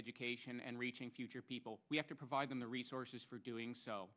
education and reaching future people we have to provide them the resources for doing so